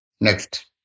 Next